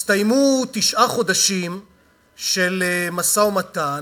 הסתיימו תשעה חודשים של משא-ומתן,